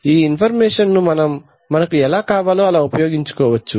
ఈ ఇన్ఫర్మేషన్ ను మనం మనకు ఎలా కావాలో అలా ఉపయోగించుకోవచ్చు